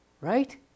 right